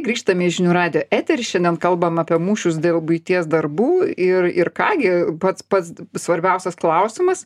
grįžtam į žinių radijo eterį šiandien kalbam apie mūšius dėl buities darbų ir ir ką gi pats pats svarbiausias klausimas